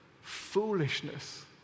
foolishness